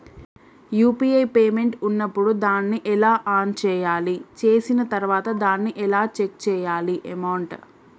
UPI payment ఉన్నప్పుడు దాన్ని ఎలా ఆన్ చేయాలి? చేసిన తర్వాత దాన్ని ఎలా చెక్ చేయాలి అమౌంట్?